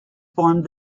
formed